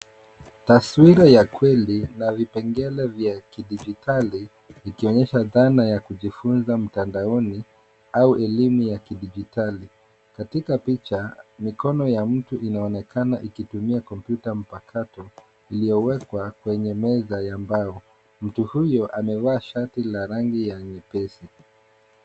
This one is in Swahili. Taswira ya kweli na vipengele vya kidigitali ikionyesha dhana ya kujifunza mtandaoni au elimu ya kidigitali. Katika picha, mikono ya mtu inaonekana ikitumia kompyuta mpakato iliowekwa kwenye meza ya mbao. Mtu huyo amevaa shati la rangi ya nyepesi.